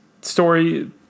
Story